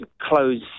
close